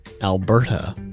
Alberta